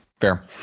fair